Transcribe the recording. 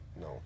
No